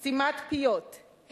סתימת פיות,